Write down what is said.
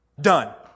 Done